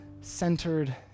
centered